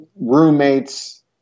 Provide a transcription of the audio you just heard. roommates